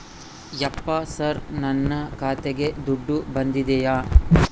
ಯಪ್ಪ ಸರ್ ನನ್ನ ಖಾತೆಗೆ ದುಡ್ಡು ಬಂದಿದೆಯ?